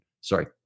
sorry